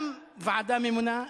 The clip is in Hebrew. גם ועדה ממונה,